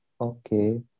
Okay